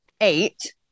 eight